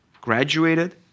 graduated